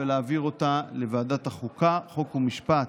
ולא עונה על צרכים של אוכלוסיות רבות,